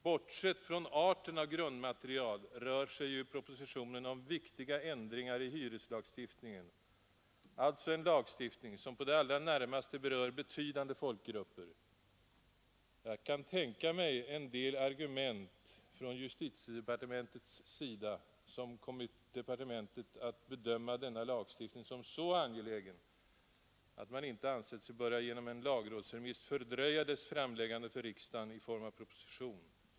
Bortsett från arten av grundmaterial rör sig propositionen om viktiga ändringar i hyreslagstiftningen, alltså en lagstiftning som på det allra närmaste berör betydande folkgrupper. Jag kan tänka mig en del argument från justitiedepartementets sida, som kommit departementet att bedöma denna lagstiftning som så angelägen att man inte ansett sig genom en lagrådsremiss böra fördröja dess framläggande för riksdagen i form av en proposition.